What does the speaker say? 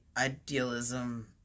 idealism